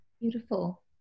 Beautiful